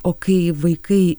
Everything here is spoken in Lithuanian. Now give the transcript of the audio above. o kai vaikai